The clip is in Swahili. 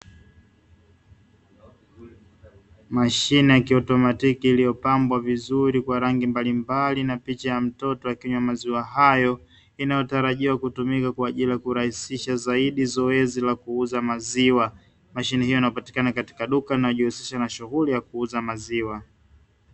Mashine ya kautomatiki iliyopambwa vizuri kwa rangi mbalimbali na picha ya mtoto akinywa maziwa hayo, inayotarajiwa kutumika kwa ajili ya kurahisisha zaidi zoezi la kuuza maziwa. Mashine hiyo inapatikana katika duka inayojihusisha na shughuli ya kuuza maziwa.